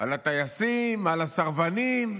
על הטייסים, על הסרבנים,